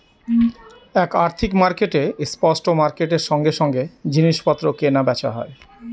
এক আর্থিক মার্কেটে স্পট মার্কেটের সঙ্গে সঙ্গে জিনিস পত্র কেনা বেচা হয়